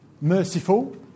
merciful